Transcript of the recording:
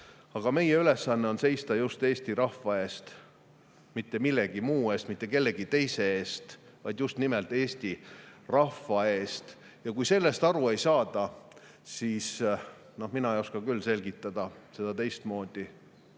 Aga meie ülesanne on seista just eesti rahva eest, mitte millegi muu eest, mitte kellegi teise eest, vaid just nimelt eesti rahva eest. Kui sellest aru ei saada, siis mina ei oska küll selgitada seda teistmoodi.